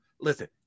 Listen